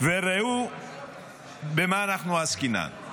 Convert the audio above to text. וראו במה עסקינן: